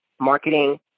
marketing